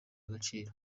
agaciro